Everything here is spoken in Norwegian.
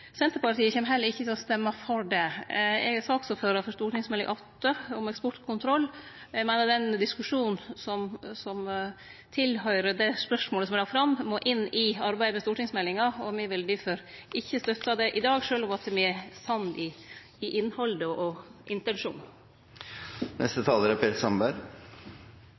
Senterpartiet kjem heller ikkje til å stemme for det. Eg er saksordførar for Meld. St. 8 for 2015–2016, om eksportkontroll, og eg meiner den diskusjonen som høyrer til det forslaget som er lagt fram, må inn i arbeidet med stortingsmeldinga. Me vil difor ikkje støtte det i dag, sjølv om me er samde i innhaldet og